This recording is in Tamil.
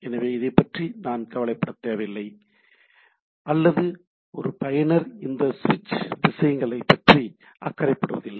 எனவே இதைப் பற்றி நான் கவலைப்படவில்லை அல்லது ஒரு பயனர் இந்த சுவிட்சிங் விஷயங்களைப் பற்றி அக்கறைப் படுவதில்லை